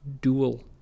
dual